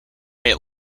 made